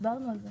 דיברנו על זה.